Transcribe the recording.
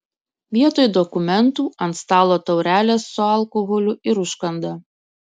vietoj dokumentų ant stalo taurelės su alkoholiu ir užkanda